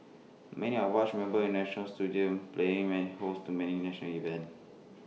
many of watch remember national stadium playing and host to many national events